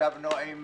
ישבנו עם